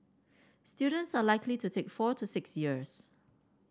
students are likely to take four to six years